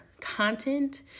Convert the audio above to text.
content